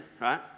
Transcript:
right